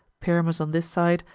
pyramus on this side,